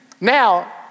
now